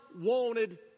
wanted